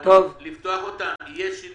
צהרונים ושאלתי האם לפתוח אותם והאם יהיה שינוי.